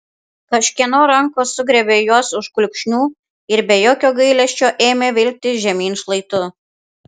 kažkieno rankos sugriebė juos už kulkšnių ir be jokio gailesčio ėmė vilkti žemyn šlaitu